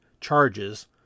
charges